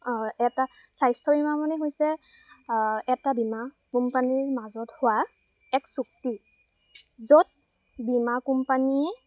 এটা স্বাস্থ্য বীমা মানে হৈছে এটা বীমা কোম্পানীৰ মাজত হোৱা এক চুক্তি য'ত বীমা কোম্পানীয়ে